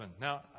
now